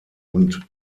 und